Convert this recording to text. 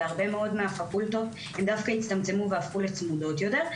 ובהרבה מאוד מהפקולטות הם דווקא הצטמצמו והפכו לצמודות יותר.